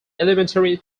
elementary